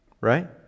Right